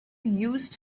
used